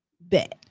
Bet